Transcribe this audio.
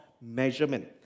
measurement